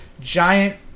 giant